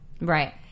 Right